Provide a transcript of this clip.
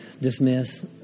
dismiss